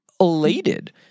Elated